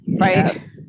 right